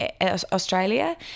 Australia